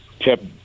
kept